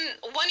one